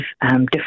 different